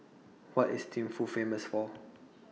What IS Thimphu Famous For